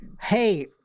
Hey